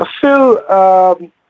Phil